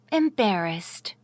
embarrassed